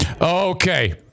Okay